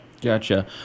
Gotcha